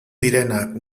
direnak